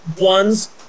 ones